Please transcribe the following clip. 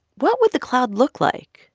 what would the cloud look like?